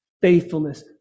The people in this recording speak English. faithfulness